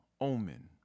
omen